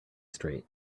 straight